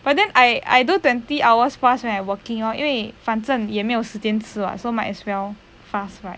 but then I do twenty hour plus when I working lor 因为反正也没有时间吃 [what] so might as well fast right